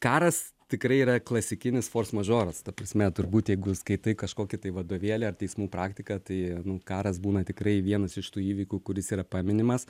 karas tikrai yra klasikinis fors mažoras ta prasme turbūt jeigu skaitai kažkokį tai vadovėlį ar teismų praktiką tai karas būna tikrai vienas iš tų įvykių kuris yra paminimas